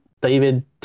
david